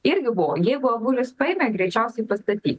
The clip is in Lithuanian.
irgi buvo jeigu avulis paėmė greičiausiai pastatys